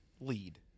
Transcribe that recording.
Lead